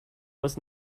was